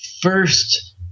first